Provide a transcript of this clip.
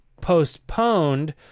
postponed